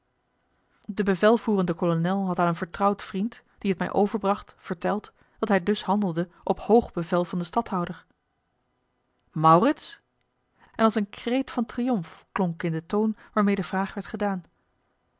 de bevelvoerende kolonel had aan een vertrouwd vriend die het mij overbracht verteld dat hij dus handelde op hoog bevel van den stadhouder maurits en als een kreet van triomf klonk in den toon waarmeê de vraag werd gedaan